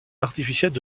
artificielle